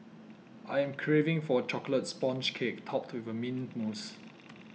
I am craving for a Chocolate Sponge Cake Topped with Mint Mousse